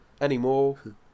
anymore